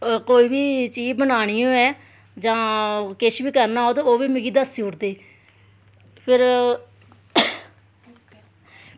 कोई बी चीज बनानी होऐ जां किश बी करना होऐ ते ओह्बी मिगी दस्सी ओड़दे फिर